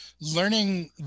learning